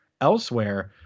elsewhere